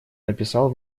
написал